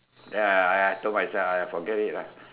ya ya ya I told myself forget it lah